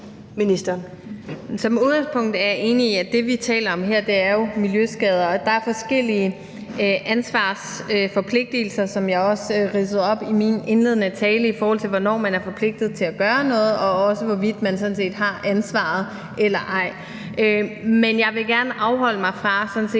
Som udgangspunkt er jeg enig i, at det, vi taler om her, jo er miljøskader. Og der er forskellige ansvarsforpligtelser, som jeg også ridsede op i min indledende tale, i forhold til hvornår man er forpligtet til at gøre noget, og sådan set også hvorvidt man har ansvaret eller ej. Men jeg vil gerne afholde mig fra sådan set